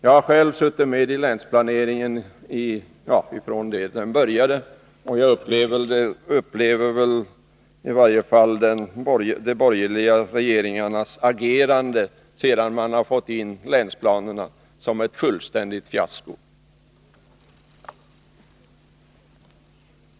Jag har själv suttit med i länsplaneringen sedan den började, och jag upplever i varje fall de borgerliga regeringarnas agerande efter det att de har fått in länsplanerna som ett fullständigt fiasko.